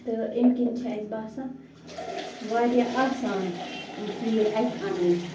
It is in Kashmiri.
تہٕ امہِ کِنۍ چھِ اَسہِ باسان واریاہ آسان یِم تیٖر اَتہِ اَنٕنۍ